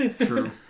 True